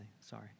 Sorry